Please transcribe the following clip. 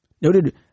Noted